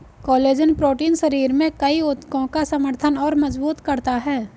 collagen protein शरीर में कई ऊतकों का समर्थन और मजबूत करता है